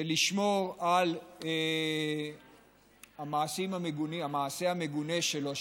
ולשמור על המעשה המגונה שלו,